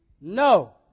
No